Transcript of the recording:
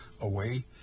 away